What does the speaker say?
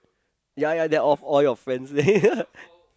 ya ya that off all your friends